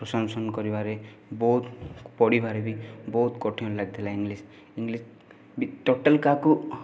କରିବାରେ ବହୁତ ପଢ଼ିବାରେ ବି ବହୁତ କଠିନ ଲାଗିଥିଲା ଇଂଲିଶ୍ ଇଂଲିଶ୍ ବି ଟୋଟାଲ୍ କାହାକୁ